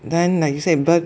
then like you said burn